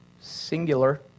Singular